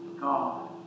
God